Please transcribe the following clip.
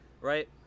right